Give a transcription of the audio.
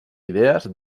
idees